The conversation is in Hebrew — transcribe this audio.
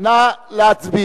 רבותי, נא לא להפריע